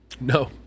no